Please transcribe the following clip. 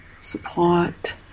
support